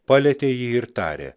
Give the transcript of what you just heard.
palietė jį ir tarė